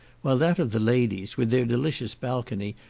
while that of the ladies, with their delicious balcony,